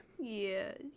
Yes